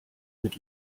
mit